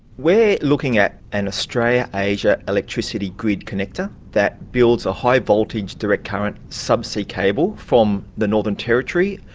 we're looking at an australia-asia electricity grid connector that builds a high voltage direct current sub-sea cable from the northern territory,